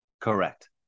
correct